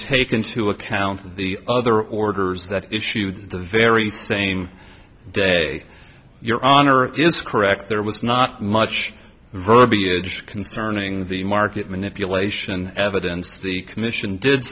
take into account the other orders that issued the very same day your honor it's correct there was not much verbiage concerning the market manipulation evidence the commission did